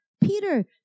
Peter